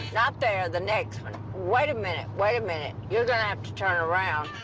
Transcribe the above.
not there. the next one. wait a minute, wait a minute. you're gonna have to turn around.